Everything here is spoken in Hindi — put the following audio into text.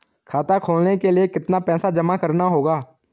खाता खोलने के लिये कितना पैसा जमा करना होगा?